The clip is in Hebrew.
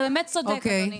אתה צודק אדוני.